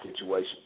situation